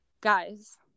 guys